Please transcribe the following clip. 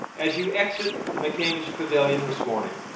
as you exit the mccamish pavilion this morning,